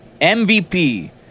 MVP